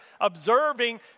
observing